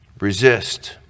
Resist